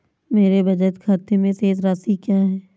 मेरे बचत खाते में शेष राशि क्या है?